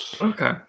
Okay